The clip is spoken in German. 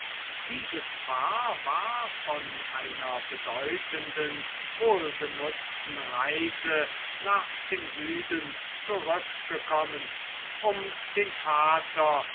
dieses paar war von einer bedeutenden wohlgenutzten reise nach dem süden zurückgekommen um den vater